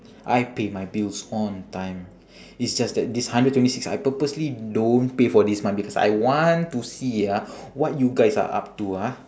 I pay my bills on time it's just that this hundred twenty six I purposely don't pay for this month because I want to see ah what you guys are up to ah